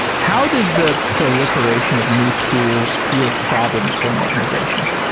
how does the proliferation of new tools create problems for an organization?